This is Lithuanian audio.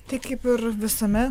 tai kaip ir visame